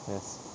yes